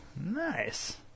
Nice